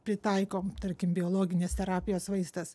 pritaiko tarkim biologinės terapijos vaistas